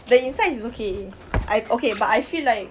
the inside is okay I okay but I feel like